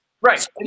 Right